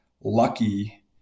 lucky